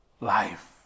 life